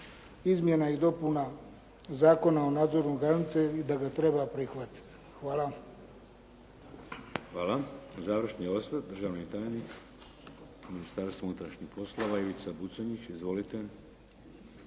izmjena i dopuna Zakona o nadzoru granice i da ga treba prihvatiti. Hvala. **Šeks, Vladimir (HDZ)** Hvala. Završni osvrt, držani tajnik u Ministarstvu unutrašnjih poslova Ivica Buconjić. Izvolite.